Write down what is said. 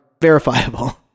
verifiable